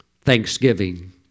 Thanksgiving